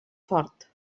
fort